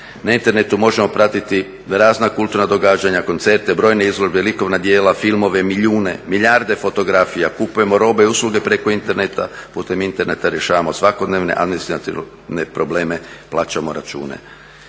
Na internetu možemo pratiti razna kulturna događanja, koncerte, brojne izložbe, likovna djela, filmove, milijune, milijarde fotografija. Kupujemo robe, usluge preko interneta, putem interneta rješavamo svakodnevne, a … probleme, plaćamo račune.